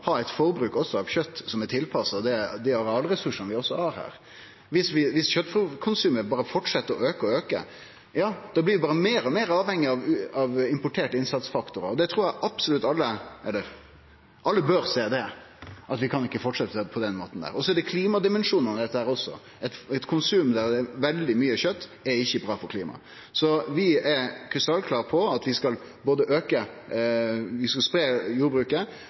ha eit forbruk, også av kjøt, som er tilpassa dei arealressursane vi har her. Viss kjøtkonsumet berre fortset å auke og auke, blir vi berre meir og meir avhengige av importerte innsatsfaktorar, og alle bør sjå at vi ikkje kan fortsetje på denne måten. Så er det også klimadimensjonen i dette: Eit konsum der det er veldig mykje kjøt, er ikkje bra for klimaet. Så vi er krystallklare på at vi skal både auke og spreie jordbruket,